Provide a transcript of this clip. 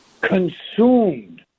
consumed